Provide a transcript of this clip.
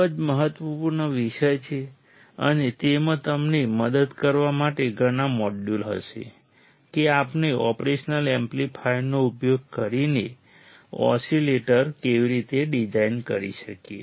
ખૂબ જ મહત્વપૂર્ણ વિષય છે અને તેમાં તમને મદદ કરવા માટે ઘણા મોડ્યુલ હશે કે આપણે ઓપરેશનલ એમ્પ્લીફાયરનો ઉપયોગ કરીને ઓસિલેટર કેવી રીતે ડિઝાઇન કરી શકીએ